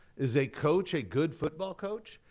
is a coach a good football coach?